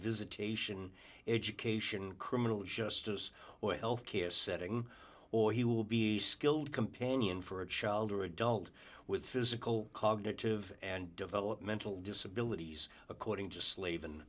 visitation education criminal justice or health care setting or he will be skilled companion for a child or adult with physical cognitive and developmental disabilities according to slave